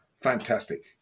Fantastic